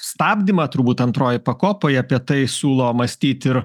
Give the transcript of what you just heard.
stabdymą turbūt antroje pakopoje apie tai siūlo mąstyt ir